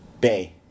Bay